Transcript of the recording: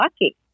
lucky